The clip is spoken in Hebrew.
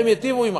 שהן ייטיבו עמכן.